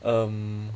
um